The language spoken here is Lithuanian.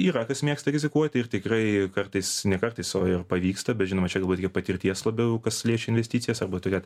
yra kas mėgsta rizikuoti ir tikrai kartais ne kartais o ir pavyksta bet žinoma čia galbūt gi patirties labiau kas liečia investicijas arba turėt